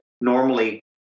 normally